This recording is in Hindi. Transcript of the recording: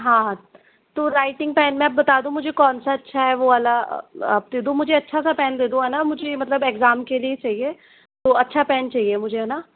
हाँ हाँ तो राइटिंग पेन में आप बता दो मुझे कौनसा अच्छा है वो वाला आप दे दो मुझे अच्छा सा पेन दे दो है ना मुझे मतलब एग्ज़ाम के लिए चाहिए तो अच्छा पेन चाहिए मुझे है ना